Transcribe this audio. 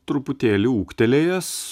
truputėlį ūgtelėjęs